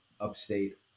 upstate